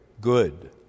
good